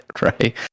right